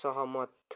सहमत